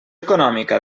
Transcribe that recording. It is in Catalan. econòmica